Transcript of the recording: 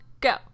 go